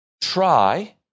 try